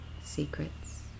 secrets